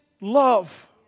love